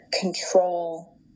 control